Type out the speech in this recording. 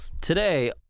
Today